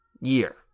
year